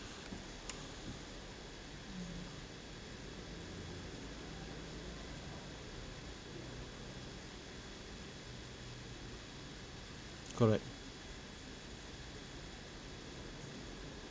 correct